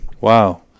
Wow